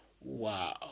wow